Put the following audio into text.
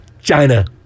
China